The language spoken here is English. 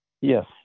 Yes